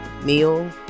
meal